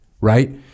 Right